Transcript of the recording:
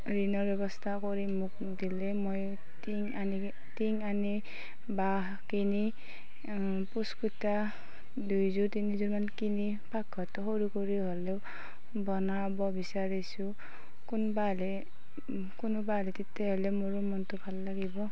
ঋণৰ ব্যৱস্থা কৰি মোক দিলে মই টিঙ আনি টিঙ আনি বাঁহ কিনি পোচ কিটা দুইযোৰ তিনিুযোৰমান কিনি পাকঘৰটো সৰু কৰি হ'লেও বনাব বিচাৰিছোঁ কোনবা আহলে কোনবা আহিলে তেতিয়াহ'লে মোৰো মনটো ভাল লাগিব